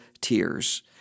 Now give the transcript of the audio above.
tears